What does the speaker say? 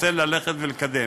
רוצה ללכת ולקדם.